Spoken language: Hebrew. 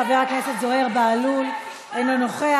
חבר הכנסת זוהיר בהלול, אינו נוכח.